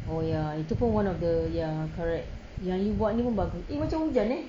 oh ya itu pun one of the ya correct yang you buat ni pun bagus eh macam hujan eh